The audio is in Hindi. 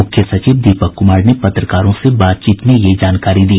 मुख्य सचिव दीपक कुमार ने पत्रकारों से बातचीत में यह जानकारी दी